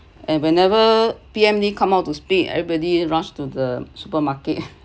and whenever P_M lee come out to speak everybody rushed to the supermarket